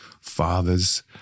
fathers